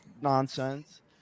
nonsense